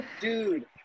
dude